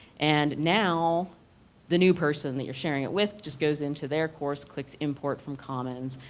and now the new person that you're sharing it with just goes in to their course, clicks import from comments.